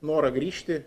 norą grįžti